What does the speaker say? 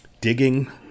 digging